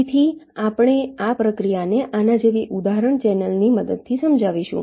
તેથી આપણે આ પ્રક્રિયાઓને આના જેવી ઉદાહરણ ચેનલની મદદથી સમજાવીશું